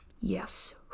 Yes